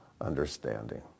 understanding